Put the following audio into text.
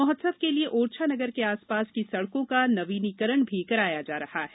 महोत्सव के लिए ओरछा नगर के आसपास की सड़कों का नवीनीकरण भी कराया जा रहा है